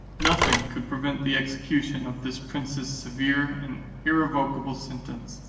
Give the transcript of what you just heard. nothing could prevent the execution of this prince's severe and irrevocable sentence,